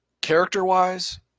Character-wise